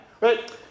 Right